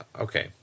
Okay